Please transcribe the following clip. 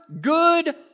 good